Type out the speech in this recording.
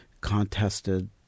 contested